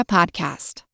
Podcast